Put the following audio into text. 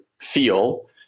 feel